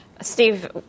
Steve